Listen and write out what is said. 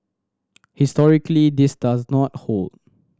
historically this does not hold